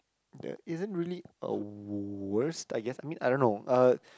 there isn't really a worst I guess I mean I don't know uh